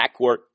backcourt